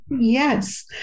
yes